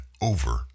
over